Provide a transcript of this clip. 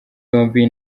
yombi